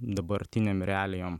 dabartinėm realijom